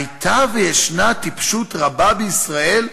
הייתה וישנה טיפשות רבה בישראל.